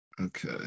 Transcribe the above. Okay